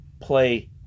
play